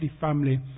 family